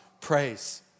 praise